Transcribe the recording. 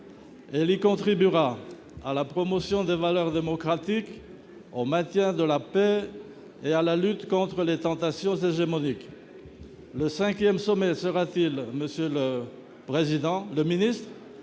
Il y contribuera à la promotion des valeurs démocratiques, au maintien de la paix et à la lutte contre les tentations hégémoniques. Le cinquième sommet sera-t-il le lieu et le temps